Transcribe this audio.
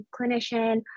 clinician